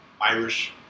Irish